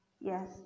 yes